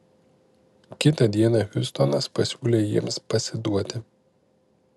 kitą dieną hiustonas pasiūlė jiems pasiduoti